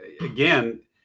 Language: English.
again